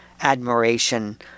admiration